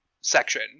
section